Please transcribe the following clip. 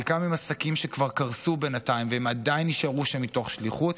וחלקם עם עסקים שכבר קרסו בינתיים והם עדיין נשארו שם מתוך שליחות,